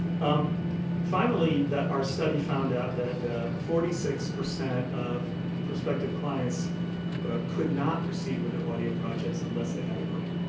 um finally, our study found out that forty six percent of perspective clients could not proceed with their audio projects unless they had a grant.